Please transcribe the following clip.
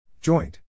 Joint